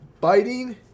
Biting